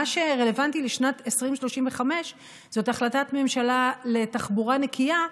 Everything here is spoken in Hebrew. מה שרלוונטי לשנת 2035 זאת החלטת ממשלה לתחבורה נקייה,